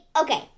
Okay